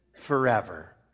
forever